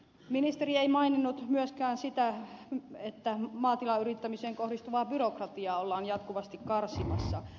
ministeri ei maininnut myöskään sitä että maatilayrittämiseen kohdistuvaa byrokratiaa ollaan jatkuvasti karsimassa